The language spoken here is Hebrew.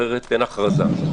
עכשיו השאלה היא,